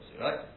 right